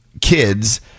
kids